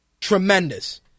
Tremendous